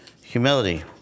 humility